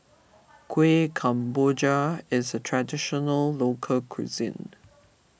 Kuih Kemboja is a Traditional Local Cuisine